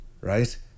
right